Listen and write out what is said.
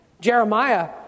Jeremiah